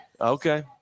Okay